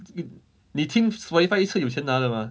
你听 Spotify 是有钱拿的 mah